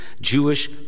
Jewish